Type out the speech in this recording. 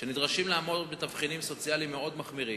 שנדרשים לעמוד בתבחינים סוציאליים מאוד מחמירים,